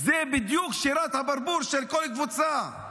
זו בדיוק שירת הברבור של כל קבוצה.